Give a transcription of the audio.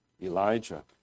Elijah